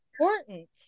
important